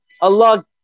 Allah